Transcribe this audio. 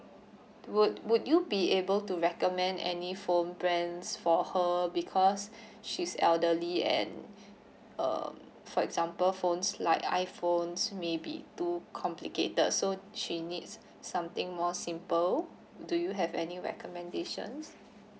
would would you be able to recommend any phone brands for her because she's elderly and um for example phones like iPhone may be too complicated so she needs something more simple do you have any recommendations